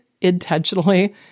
intentionally